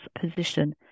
position